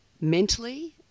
mentally